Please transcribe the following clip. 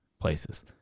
places